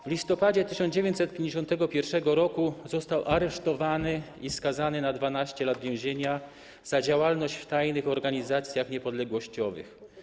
W listopadzie 1951 r. został aresztowany i skazany na 12 lat więzienia za działalność w tajnych organizacjach niepodległościowych.